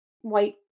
white